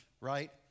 right